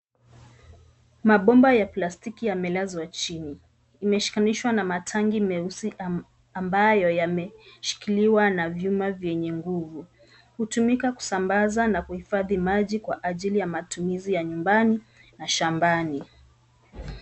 Mabomba ya plastiki yamelazwa chini. Imeshikanishwa na matanki meusi ambayo yameshikiliwa na vyuma vyenye nguvu. Hutumika kusambaza na kuhifadhi maji kwa ajili ya matumizi ya nyumbani na shambani.